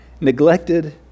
neglected